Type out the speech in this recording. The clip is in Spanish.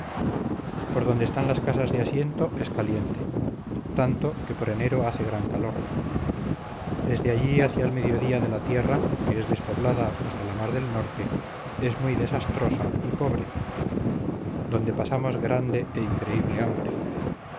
por donde están las casas de asiento es caliente tanto que por enero hace gran calor desde allí hacia el mediodía de la tierra que es despoblada hasta la mar del norte es muy desastrosa y pobre donde pasamos grande e increíble hambre